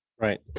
Right